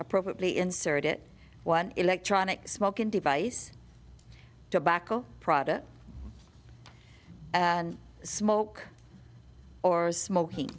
appropriately inserted one electronic smoking device tobacco product smoke or smok